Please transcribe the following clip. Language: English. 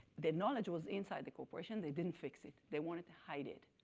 the knowledge was inside the corporation, they didn't fix it, they wanted to hide it.